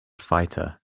fighter